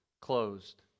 closed